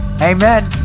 Amen